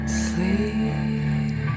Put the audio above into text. sleep